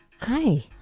Hi